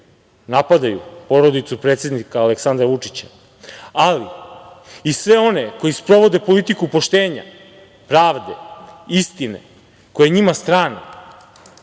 napadaju porodicu predsednika Aleksandra Vučića, ali i sve one koji sprovode politiku poštenja, pravde, istine koja je njima strana. Zato